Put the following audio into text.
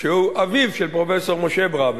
שהוא אביו של פרופסור משה ברור,